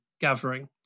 gathering